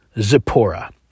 Zipporah